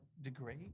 degree